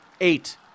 eight